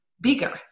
bigger